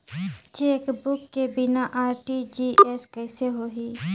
Chequebook के बिना RTGS कइसे होही?